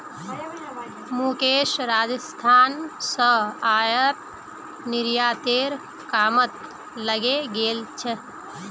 मुकेश राजस्थान स आयात निर्यातेर कामत लगे गेल छ